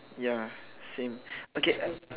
ya same okay